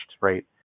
right